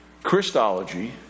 Christology